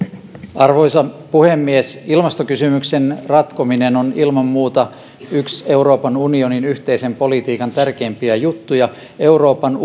arvoisa puhemies ilmastokysymyksen ratkominen on ilman muuta yksi euroopan unionin yhteisen politiikan tärkeimpiä juttuja euroopan